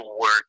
work